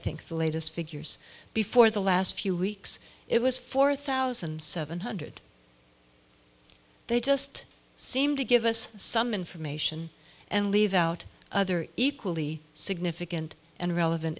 think the latest figures before the last few weeks it was four thousand seven hundred they just seemed to give us some information and leave out other equally significant and relevant